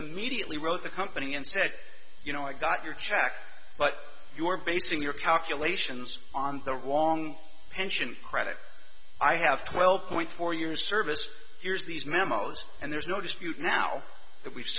immediately wrote the company and said you know i got your check but you're basing your calculations on the wrong pension credit i have twelve point four years service here's these memos and there's no dispute now that we